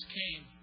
came